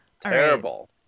Terrible